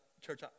church